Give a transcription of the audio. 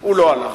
הוא לא הלך.